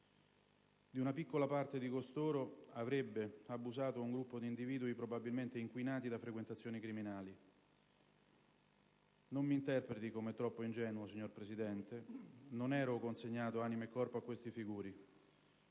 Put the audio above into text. Di una piccola parte di costoro avrebbe abusato un gruppo di individui probabilmente inquinati da frequentazioni criminali. Non mi interpreti come troppo ingenuo, signora Presidente, non ero consegnato anima e corpo a questi figuri.